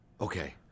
Okay